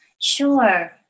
Sure